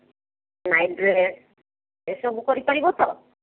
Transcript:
ନାଇଟ୍ରେ ଏ ସବୁ କରି ପାରିବ ତ